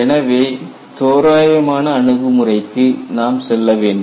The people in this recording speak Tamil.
எனவே தோராயமான அணுகுமுறைக்கு நாம் செல்ல வேண்டும்